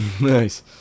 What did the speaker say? Nice